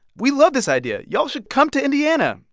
we love this idea. y'all should come to indiana.